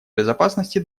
безопасности